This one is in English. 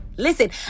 Listen